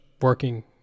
working